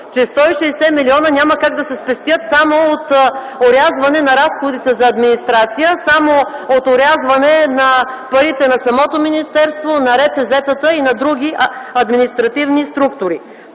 160 милиона няма как да се спестят само от орязване на разходите за администрация, само от орязване на парите на самото министерство, на РЦЗ-тата и на други административни структури.